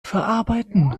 verarbeiten